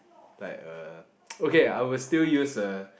like uh okay I would still use a